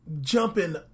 jumping